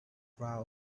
crowd